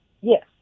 Yes